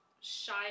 shy